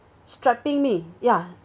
strapping me ya